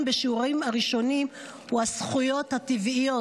בשיעורים הראשונים הוא הזכויות הטבעיות.